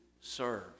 serve